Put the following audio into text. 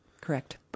Correct